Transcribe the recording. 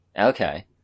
Okay